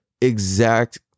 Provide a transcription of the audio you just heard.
exact